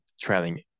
trailing